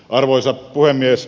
arvoisa puhemies